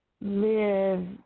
live